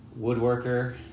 woodworker